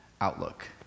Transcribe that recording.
outlook